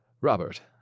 Robert